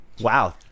Wow